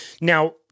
Now